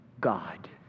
God